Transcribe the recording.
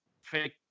fake